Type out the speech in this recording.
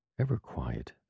ever-quiet